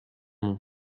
nom